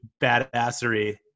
badassery